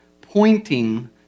pointing